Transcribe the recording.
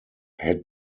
had